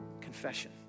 Confession